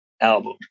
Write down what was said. album